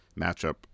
matchup